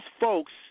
folks